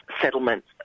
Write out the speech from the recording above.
settlement